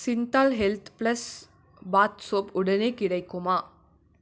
Cinthol health plus bath soap உடனே கிடைக்குமா